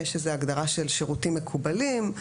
יש איזה הגדרה של שירותים מקובלים,